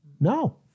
No